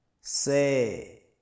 say